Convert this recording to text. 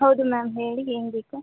ಹೌದು ಮ್ಯಾಮ್ ಹೇಳಿ ಏನುಬೇಕು